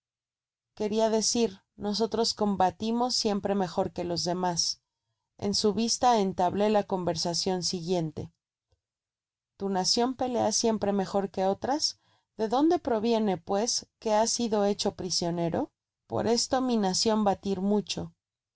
queria decir nosotros combatimos siempre mejor que los demas en su vista entablé la conversacion siguiente tu naeion pelea siempre mejor que otras de dónde proviene pues que has sido hecho prisionero por esto mi nacion batir mucho